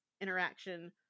interaction